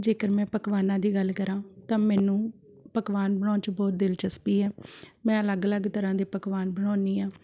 ਜੇਕਰ ਮੈਂ ਪਕਵਾਨਾਂ ਦੀ ਗੱਲ ਕਰਾਂ ਤਾਂ ਮੈਨੂੰ ਪਕਵਾਨ ਬਣਾਉਣ 'ਚ ਬਹੁਤ ਦਿਲਚਸਪੀ ਹੈ ਮੈਂ ਅਲੱਗ ਅਲੱਗ ਤਰ੍ਹਾਂ ਦੇ ਪਕਵਾਨ ਬਣਾਉਂਦੀ ਹਾਂ